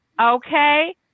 okay